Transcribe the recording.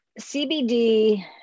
CBD